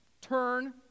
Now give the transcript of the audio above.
turn